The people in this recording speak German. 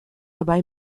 dabei